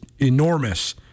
enormous